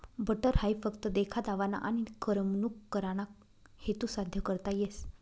butter हाई फक्त देखा दावाना आनी करमणूक कराना हेतू साद्य करता येस